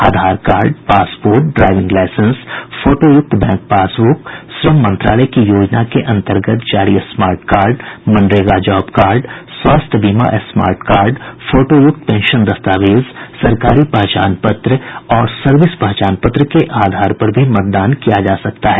आधार card passport driving licence फोटोयुक्त bank passbook श्रम मंत्रालय की योजना के अन्तर्गत जारी स्मार्ट कार्ड मनरेगा जॉब कार्ड स्वास्थ्य बीमा स्मार्ट कार्ड फोटोयुक्त पेंशन दस्तावेज सरकारी पहचान पत्र और सर्विस पहचान पत्र के आधार पर भी मतदान किया जा सकता है